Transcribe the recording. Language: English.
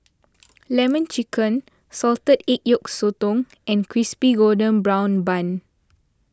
Lemon Chicken Salted Egg Yolk Sotong and Crispy Golden Brown Bun